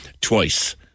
twice